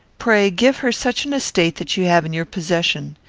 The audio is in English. pray, give her such an estate that you have in your possession.